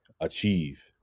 achieve